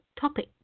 topic